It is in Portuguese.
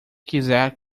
quiser